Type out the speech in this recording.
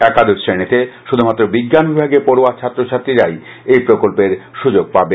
একাদশ শ্রেণীতে শুধুমাত্র বিজ্ঞান বিভাগে পড়ুয়া ছাত্রছাত্রীরাই এই প্রকল্পের সুযোগ পাবে